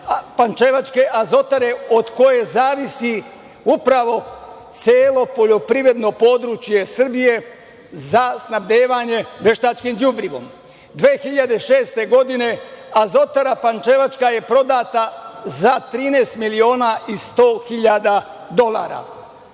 pančevačke Azotare od koje zavisi upravo celo poljoprivredno područje Srbije za snabdevanje veštačkim đubrivom. Godine 2006. Azotara pančevačka je prodata za 13 miliona i 100.000 dolara.